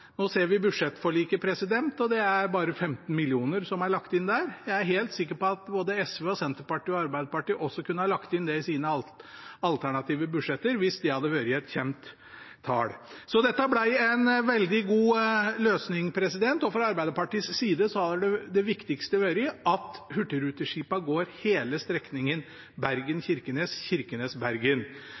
Nå ser vi budsjettforliket, og det er bare 15 mill. kr som er lagt inn der. Jeg er helt sikker på at både SV, Senterpartiet og Arbeiderpartiet også kunne lagt inn det i sine alternative budsjetter hvis det hadde vært et kjent tall. Dette ble en veldig god løsning, og fra Arbeiderpartiets side har det viktigste vært at hurtigruteskipene går hele strekningen